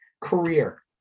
Career